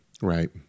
Right